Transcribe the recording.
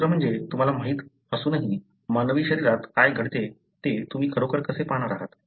दुसरे म्हणजे तुम्हाला माहीत असूनही मानवी शरीरात काय घडते ते तुम्ही खरोखर कसे पाहणार आहात